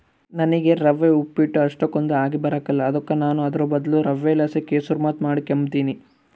ನನಿಗೆ ರವೆ ಉಪ್ಪಿಟ್ಟು ಅಷ್ಟಕೊಂದ್ ಆಗಿಬರಕಲ್ಲ ಅದುಕ ನಾನು ಅದುರ್ ಬದ್ಲು ರವೆಲಾಸಿ ಕೆಸುರ್ಮಾತ್ ಮಾಡಿಕೆಂಬ್ತೀನಿ